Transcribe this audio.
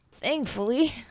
Thankfully